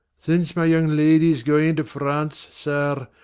since my young lady's going into france, sir,